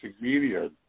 Media